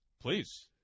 Please